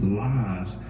lies